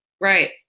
right